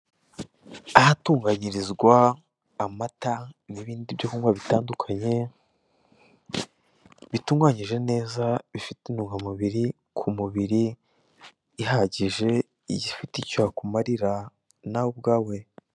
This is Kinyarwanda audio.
Ahatunganirizwa amata n'ibindi byo kunywa bitandukanye, bitunganyije neza bifite intungamubiri ku mubiri ihagije, ifite icyo yakumarira nawe ubwawe.